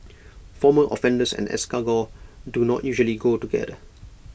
former offenders and escargot do not usually go together